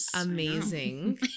amazing